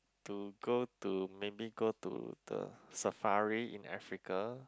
to go to maybe go to the safari in Africa